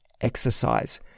Exercise